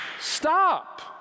stop